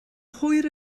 hwyr